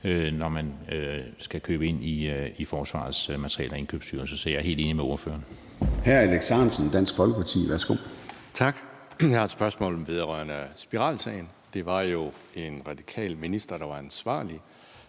når man skal købe ind i Forsvarets Materiel- og Indkøbsstyrelse. Så jeg er helt enig med ordføreren.